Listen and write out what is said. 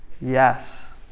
Yes